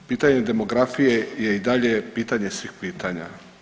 Pitanje demografije je i dalje pitanje svih pitanja.